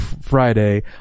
Friday